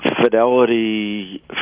Fidelity